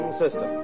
System